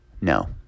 No